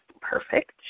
Perfect